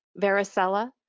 varicella